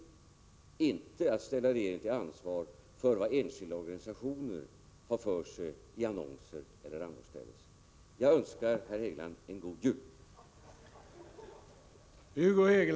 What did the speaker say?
Det gäller inte att ställa regeringen till ansvar för vad enskilda organisationer har för sig i annonser eller på annat sätt. Jag önskar Hugo Hegeland en god jul.